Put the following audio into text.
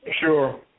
Sure